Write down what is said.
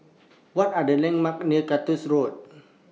What Are The landmarks near Cactus Road